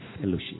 Fellowship